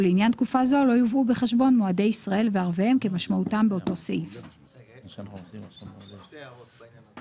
הכספים שלאחריה ובלבד שבמועד ההנחה חלות הוראות סעיף 3ב. שגית,